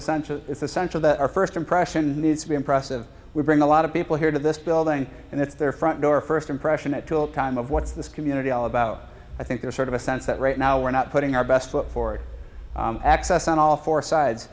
essentially it's essential that our first impression needs to be impressive we bring a lot of people here to this building and it's their front door first impression that tool time of what's this community all about i think there's sort of a sense that right now we're not putting our best foot forward access on all four side